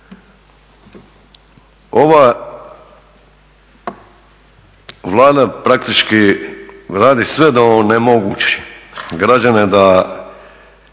Ova Vlada praktički radi sve da onemogući građane da